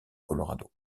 colorado